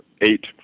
eight